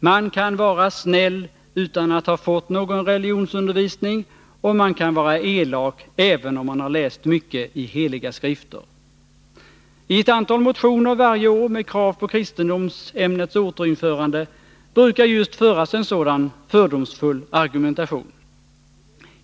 Man kan vara snäll utan att ha fått någon religionsundervisning, och man kan vara elak även om man har läst mycket i heliga skrifter.” I ett antal motioner varje år med krav på kristendomsämnets återinförande brukar just föras en sådan fördomsfull argumentation.